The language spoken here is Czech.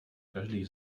každý